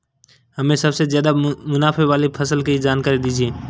हमें सबसे ज़्यादा मुनाफे वाली फसल की जानकारी दीजिए